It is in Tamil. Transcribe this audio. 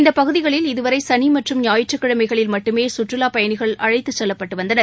இந்த பகுதிகளில் இது வரை சனி மற்றும் ஞாயிற்றுக்கிழமைகளில் மட்டுமே சுற்றுலாப் பயணிகள் அழைத்துக் செல்லப்பட்டு வந்தனர்